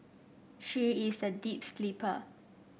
she is a deep sleeper